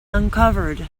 uncovered